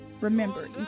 Remember